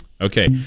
Okay